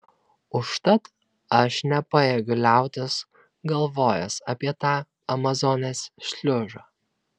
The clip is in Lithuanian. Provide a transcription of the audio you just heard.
užtat aš nepajėgiu liautis galvojęs apie tą amazonės šliužą